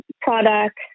product